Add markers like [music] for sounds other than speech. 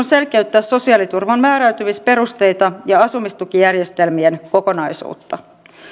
[unintelligible] selkeyttää sosiaaliturvan määräytymisperusteita ja asumistukijärjestelmien kokonaisuutta